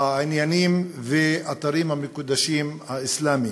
העניינים והאתרים המקודשים האסלאמיים.